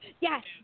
Yes